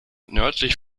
nördlich